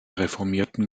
reformierten